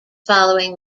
following